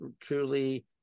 truly